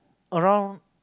around